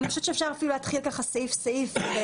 אני חושבת שאפשר ללכת סעיף סעיף.